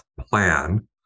plan